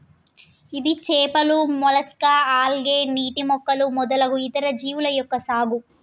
ఇది చేపలు, mollusca, algae, నీటి మొక్కలు మొదలగు ఇతర జీవుల యొక్క సాగు